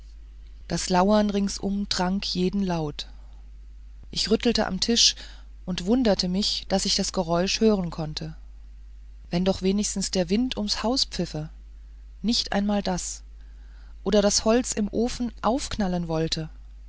das lauern ringsum trank jeden laut ich rüttelte am tisch und wunderte mich daß ich das geräusch hören konnte wenn doch wenigstens der wind ums haus pfiffe nicht einmal das oder das holz im ofen aufknallen wollte